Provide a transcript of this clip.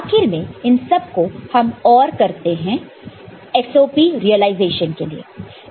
आखिर में इन सब को हम OR करते हैं SOP रिलाइजेशन के लिए